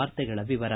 ವಾರ್ತೆಗಳ ವಿವರ